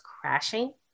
crashing